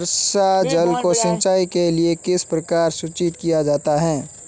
वर्षा जल को सिंचाई के लिए किस प्रकार संचित किया जा सकता है?